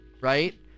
Right